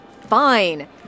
Fine